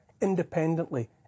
independently